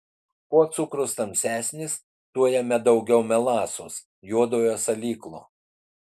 kuo cukrus tamsesnis tuo jame daugiau melasos juodojo salyklo